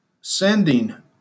sending